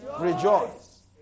rejoice